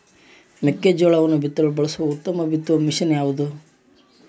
ಮೆಕ್ಕೆಜೋಳವನ್ನು ಬಿತ್ತಲು ಬಳಸುವ ಉತ್ತಮ ಬಿತ್ತುವ ಮಷೇನ್ ಯಾವುದು?